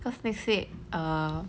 cause next week um